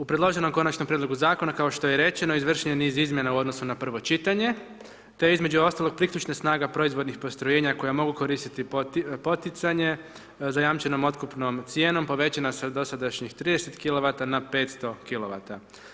U predloženom konačnom prijedlogu zakona, kao što je rečeno, izvršeno je niz izmjena u odnosu na prvo čitanje, te je između ostalog priključna snaga proizvodnih postrojenja koje mogu koristiti poticanje, zajamčenom otkupnom cijenom, povećana sa dosadanjih 30 kilovata, na 500 kilovata.